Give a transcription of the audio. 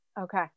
okay